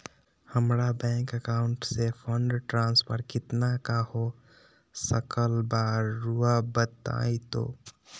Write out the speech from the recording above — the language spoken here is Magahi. हमरा बैंक अकाउंट से फंड ट्रांसफर कितना का हो सकल बा रुआ बताई तो?